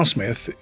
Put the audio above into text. Smith